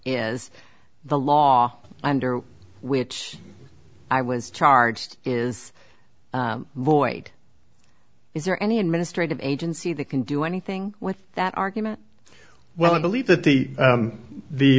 is the law under which i was charged is void is there any administrative agency that can do anything with that argument well i believe that the